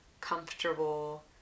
comfortable